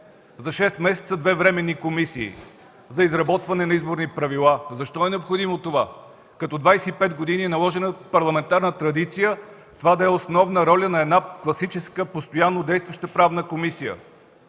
За шест месеца две временни комисии за изработване на изборни правила. Защо е необходимо това като 25 години е наложена парламентарна традиция това да е основна роля на една класическа, постоянно действаща правна комисия.